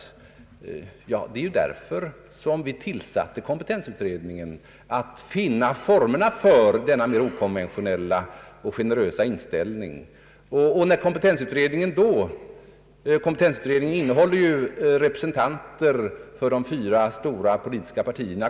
Ja, vi tillsatte ju kompetensutredningen för att finna formerna för denna mer okonventionella och generösa inställning. Kompetensutredningen innehåller som bekant representanter för de fyra stora politiska partierna.